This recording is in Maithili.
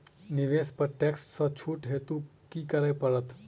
निवेश पर टैक्स सँ छुट हेतु की करै पड़त?